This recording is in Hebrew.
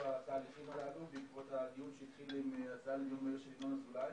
בתהליכים הללו בעקבות הדיון שהתחיל עם ינון אזולאי.